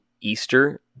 Easter